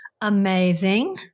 Amazing